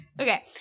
Okay